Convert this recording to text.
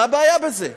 מה הבעיה בזה?